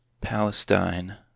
palestine